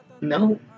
No